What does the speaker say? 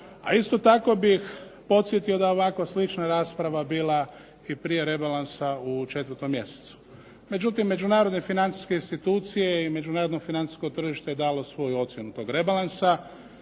Isto tako bih podsjetio da je ovako slična rasprava bila i prije rebalansa u 4. mjesecu. Međutim, međunarodne financijske institucije i međunarodno financijsko tržište je dalo svoju ocjenu toga rebalansa